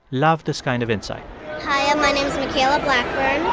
love this kind of insight hi, ah my name's michaela blackburn,